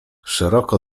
szeroko